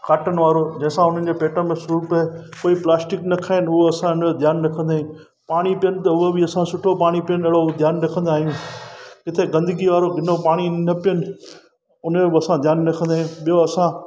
cotton वारो जंहिं सां हुननि जे पेट में सूर पिए कोई प्लास्टिक न खाइनि उहो असां हुनजो ध्यानु रखंदा आहिनि पाणी पीअनि त उहो बि असां सुठो पाणी पीअनि ॾाढो ध्यानु रखंदा आयूं किथे गंदगी वारो किनो पाणी न पीअनि हुनजो बि असां ध्यानु रखंदा आहियूं ॿियो असां